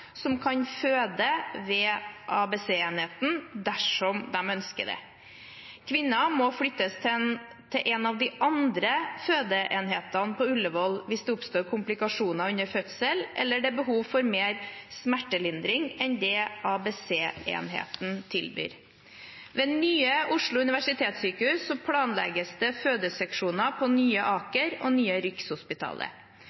som kan føde ved ABC-enheten, dersom de ønsker det. Kvinnen må flyttes til en av de andre fødeenhetene på Ullevål hvis det oppstår komplikasjoner under fødsel, eller det er behov for mer smertelindring enn det ABC-enheten tilbyr. Ved Nye Oslo universitetssykehus planlegges det fødeseksjoner på Nye Aker